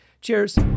Cheers